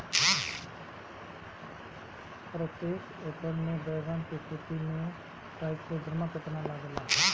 प्रतेक एकर मे बैगन के खेती मे ट्राईकोद्रमा कितना लागेला?